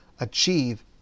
achieve